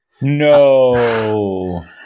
No